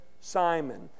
Simon